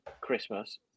Christmas